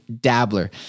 Dabbler